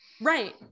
Right